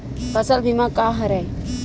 फसल बीमा का हरय?